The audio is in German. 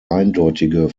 eindeutige